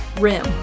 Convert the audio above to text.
rim